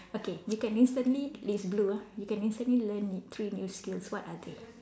okay you can instantly this is blue ah you can instantly learn n~ three new skills what are they